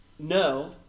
No